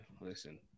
listen